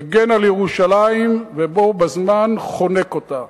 מגן על ירושלים ובו בזמן חונק אותה.